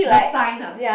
the sign ah